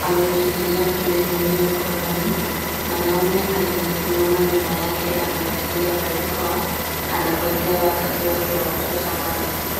Ameushikilia mtungi mwingine mkononi. Mwanaume aliyesimama nyuma yake amevalia barakoa. Anangojea wakati wake wa kuchota maji.